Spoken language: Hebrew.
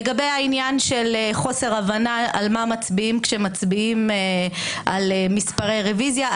לגבי העניין של חוסר הבנה על מה מצביעים כשמצביעים על מספרי רוויזיה.